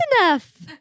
enough